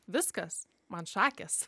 viskas man šakės